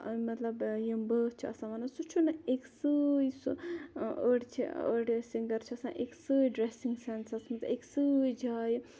مَطلَب یِم بٲتھ چھُ آسان وَنان سُہ چھُنہٕ أکسٕے سُہ أڈۍ چھِ أڈۍ سِنٛگَر چھِ آسان أکسٕے ڈرٛیٚسِنٛگ سیٚنسَس مَنٛز أکسٕے جایہِ